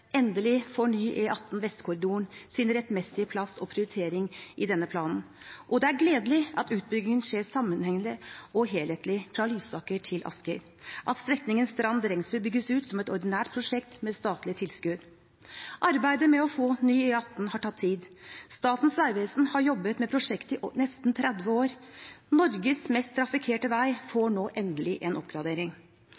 Endelig får ny E18 i Vestkorridoren sin rettmessige plass og prioritering i denne planen, og det er gledelig at utbyggingen skjer sammenhengende og helhetlig fra Lysaker til Asker, at strekningen Strand–Drengsrud bygges ut som et ordinert prosjekt med statlige tilskudd. Arbeidet med å få ny E18 har tatt tid. Statens vegvesen har jobbet med prosjektet i nesten 30 år. Norges mest trafikkerte vei